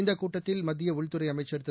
இந்த கூட்டத்தில் மத்திய உள்துறை அமைச்சள் திரு